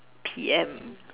P_M